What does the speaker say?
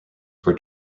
were